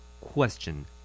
Question